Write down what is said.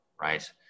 right